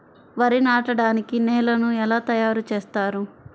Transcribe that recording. వరి నాటడానికి నేలను ఎలా తయారు చేస్తారు?